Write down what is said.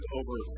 over